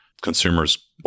consumer's